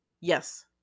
yes